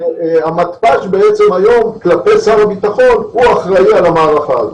שהמתפ"ש בעצם היום כלפי שר הביטחון הוא אחראי על המערכה הזאת.